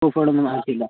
പ്രൂഫുകളൊന്നും ആവശ്യമില്ല